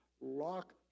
lock